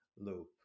loop